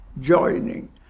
joining